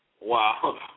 Wow